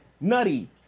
nutty